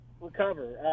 recover